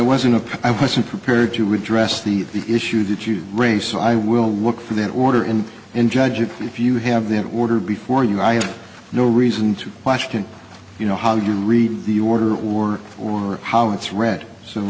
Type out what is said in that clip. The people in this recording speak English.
wasn't a i wasn't prepared to redress the issue that you raise so i will look for that order and and judge you if you have that order before you i have no reason to question you know how you read the order or or how it's read so